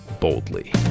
boldly